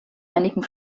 einigen